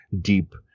deep